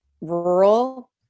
rural